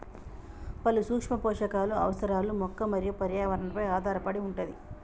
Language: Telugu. పలు సూక్ష్మ పోషకాలు అవసరాలు మొక్క మరియు పర్యావరణ పై ఆధారపడి వుంటది